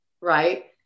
Right